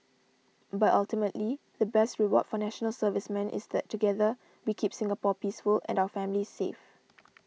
but ultimately the best reward for National Servicemen is that together we keep Singapore peaceful and our families safe